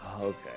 okay